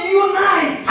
unite